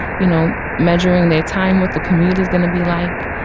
you know, measuring their time with the commute is gonna be like,